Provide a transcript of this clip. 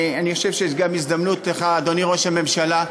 אני חושב שיש גם הזדמנות, אדוני ראש הממשלה,